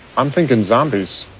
i'm thinking zombies.